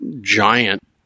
giant